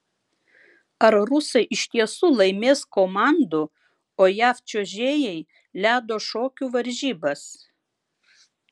ar rusai iš tiesų laimės komandų o jav čiuožėjai ledo šokių varžybas